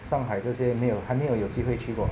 上海这些没有还没有有机会去过